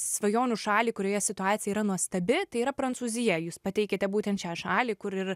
svajonių šalį kurioje situacija yra nuostabi tai yra prancūzija jūs pateikiate būtent šią šalį kur ir